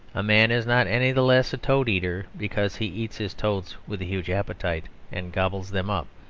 a man is not any the less a toad-eater because he eats his toads with a huge appetite and gobbles them up,